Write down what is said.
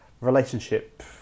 relationship